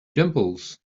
dimples